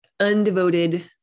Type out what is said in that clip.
undevoted